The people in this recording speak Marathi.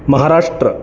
महाराष्ट्र